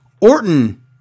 Orton